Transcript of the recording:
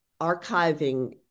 archiving